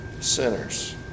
sinners